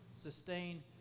Sustain